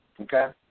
Okay